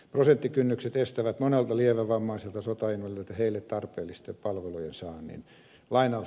prosenttikynnykset estävät monelta lievävammaiselta sotainvalidilta heille tarpeellisten palvelujen saannin